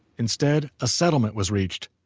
instead, a settlement was reached.